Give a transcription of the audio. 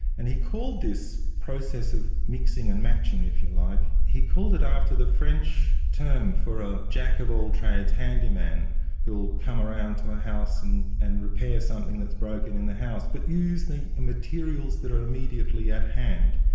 and he called this process of mixing and action if you like, he called it after the french term for a jack-of-all-trades handyman who'll come around to a house and and repair something that's broken in the house, but using the materials that are immediately at hand,